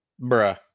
bruh